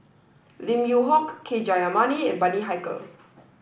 Lim Yew Hock K Jayamani and Bani Haykal